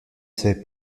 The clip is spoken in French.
savait